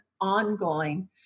ongoing